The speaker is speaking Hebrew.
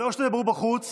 או שתדברו בחוץ